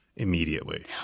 immediately